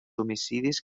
homicidis